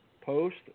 post